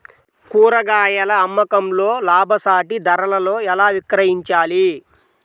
కూరగాయాల అమ్మకంలో లాభసాటి ధరలలో ఎలా విక్రయించాలి?